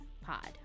Pod